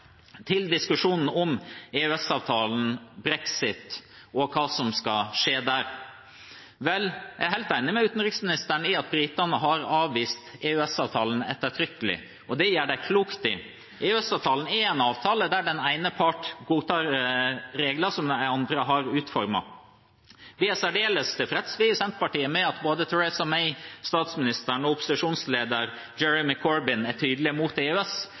Til diskusjonen om EØS-avtalen, brexit og hva som skal skje der: Jeg er helt enig med utenriksministeren i at britene har avvist EØS-avtalen ettertrykkelig. Det gjør de klokt i. EØS-avtalen er en avtale der den ene parten godtar regler som den andre har utformet. Vi i Senterpartiet er særdeles tilfreds med at både statsminister Theresa May og opposisjonsleder Jeremy Corbyn er tydelig imot EØS.